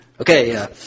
Okay